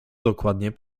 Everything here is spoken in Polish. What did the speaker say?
dokładnie